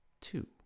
two